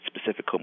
specific